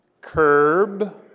curb